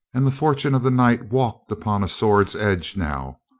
and the fortune of the night walked upon a sword's edge now.